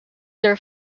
their